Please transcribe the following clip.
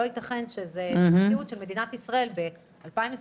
לא ייתכן שזו המציאות במדינת ישראל ב-2022.